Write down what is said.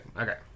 Okay